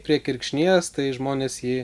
prie kirkšnies tai žmonės jį